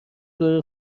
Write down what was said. دور